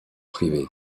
privée